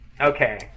Okay